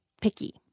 picky